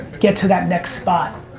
get to that next spot.